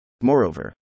Moreover